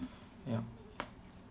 yup